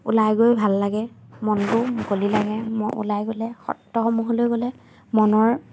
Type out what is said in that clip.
ওলাই গৈ ভাল লাগে মনটোও মুলি লাগে ওলাই গ'লে সত্ৰসমূহলৈ গ'লে মনৰ